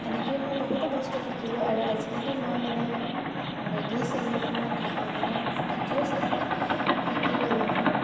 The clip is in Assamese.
তেনেকেই মই বহুতো বস্তু শিকিলো আৰু আজিকালি মই মানে মেগি চেগি সেইবোৰ ইমান নাখাওঁ মানে ভিডিঅ' চাই চাই শিকি গ'লো মানে